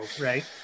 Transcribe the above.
right